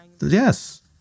yes